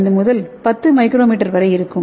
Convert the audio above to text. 05 முதல் 10 µm வரை இருக்கும்